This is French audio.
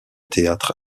théâtre